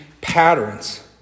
patterns